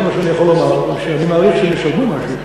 כל מה שאני יכול לומר הוא שאני מעריך שהם ישלמו משהו.